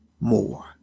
more